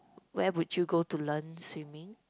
where would you go to learn swimming